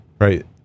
Right